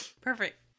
Perfect